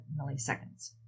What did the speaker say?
milliseconds